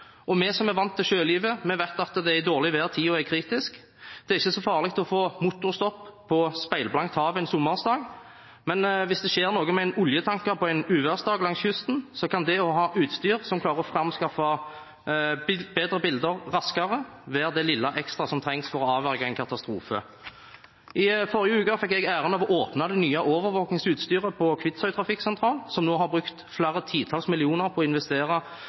og vi som er vant til sjølivet, vet at det er i dårlig vær tiden er kritisk. Det er ikke så farlig å få motorstopp på speilblankt hav en sommerdag, men hvis det skjer noe med en oljetanker på en uværsdag langs kysten, kan det å ha utstyr som klarer å framskaffe bedre bilder raskere, være det lille ekstra som trengs for å avverge en katastrofe. I forrige uke fikk jeg æren av å åpne det nye overvåkningsutstyret på Kvitsøy trafikksentral, som nå har brukt flere titalls millioner på å investere